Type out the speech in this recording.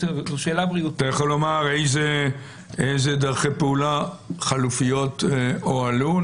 אתה יכול לומר אילו דרכי פעולה חלופיות הועלו,